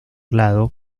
lado